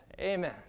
Amen